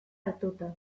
hartuta